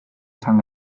esan